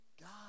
God